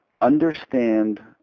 understand